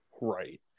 Right